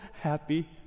happy